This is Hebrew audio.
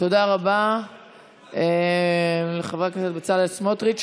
תודה רבה לחבר הכנסת בצלאל סמוטריץ'.